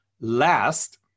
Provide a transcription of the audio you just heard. last